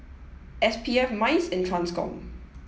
S P F MICE and TRANSCOM